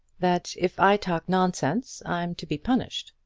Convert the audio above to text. that if i talk nonsense i'm to be punished.